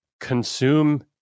consume